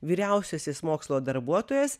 vyriausiasis mokslo darbuotojas